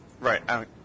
Right